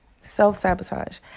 self-sabotage